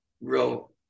real